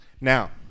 Now